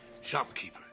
shopkeeper